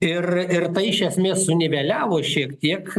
ir ir tai iš esmės suniveliavo šiek tiek